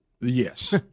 yes